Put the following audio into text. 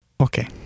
Okay